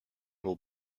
will